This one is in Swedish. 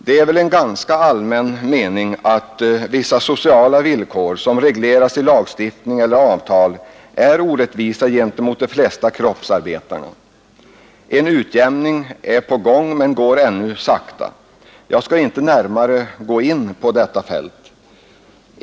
Det är väl en ganska allmän mening att vissa sociala villkor, som regleras i lagstiftning eller avtal, är orättvisa gentemot de flesta kroppsarbetarna, En utjämning är på gång men löper ännu sakta. Jag skall inte närmare gå in på detta fält, men låt mig bara nämna ett exempel.